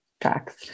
tracks